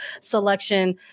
selection